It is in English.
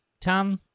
Tom